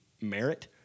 merit